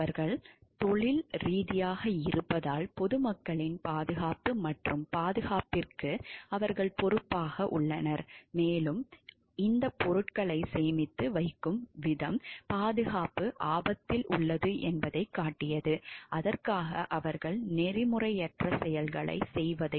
அவர்கள் தொழில் ரீதியாக இருப்பதால் பொதுமக்களின் பாதுகாப்பு மற்றும் பாதுகாப்பிற்கு அவர்கள் பொறுப்பாக உள்ளனர் மேலும் இந்த பொருட்களை சேமித்து வைக்கும் விதம் பாதுகாப்பு ஆபத்தில் உள்ளது என்பதைக் காட்டியது அதற்காக அவர்கள் நெறிமுறையற்ற செயல்களைச் செய்ததைப் போன்றது